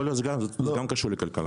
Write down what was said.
זה גם קשור לכלכלה.